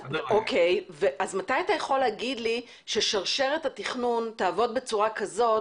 אתה יכול לומר לי מתי שרשרת התכנון תעבוד בצורה כזאת